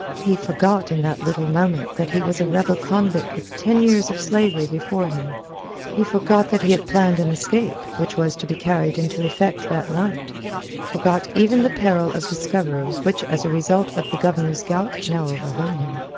he forgot in that little moment that he was a rebel-convict with ten years of slavery before him he forgot that he had planned an escape, which was to be carried into effect that night forgot even the peril of discovery which as a result of the governor's gout now overhung him.